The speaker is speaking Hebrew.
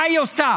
מה היא עושה?